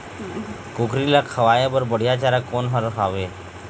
कुकरी ला खवाए बर बढीया चारा कोन हर हावे?